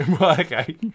okay